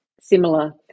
similar